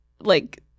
like-